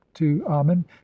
amen